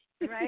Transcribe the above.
Right